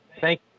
Thank